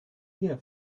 here